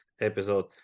episode